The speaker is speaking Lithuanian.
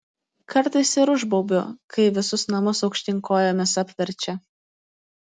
kartais ir užbaubiu kai visus namus aukštyn kojomis apverčia